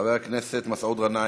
חבר הכנסת מסעוד גנאים,